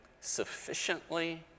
sufficiently